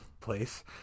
place